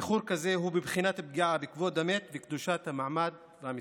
איחור כזה הוא בבחינת פגיעה בכבוד המת וקדושת המעמד והמצווה,